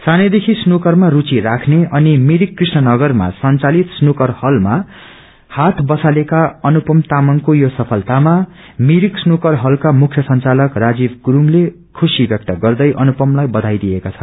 सानैदखि स्नूकरमा रूचि राख्ने अनि भिरिक कृष्णनगरमा संचालित स्नूकर हलमा हात बसालेका अनुपम ामंगको यो सफलातामा भिरिक स्नूकर हलका मुख्य संचालक राजीव गुरुङले खुश्री व्यक्त गर्दै अनुपमलाई बचाई दिएका छन्